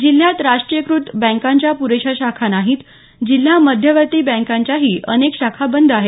जिल्ह्यात राष्ट्रीयकृत बँकांच्या पुरेशा शाखा नाहीत जिल्हा मध्यवर्ती बँकेच्याही अनेक शाखा बंद आहेत